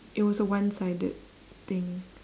it was a one sided thing